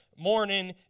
morning